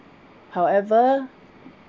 however